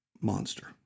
Monster